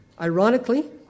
Ironically